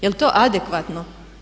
Jel to adekvatno?